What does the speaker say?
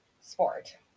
sport